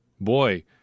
Boy